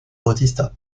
bautista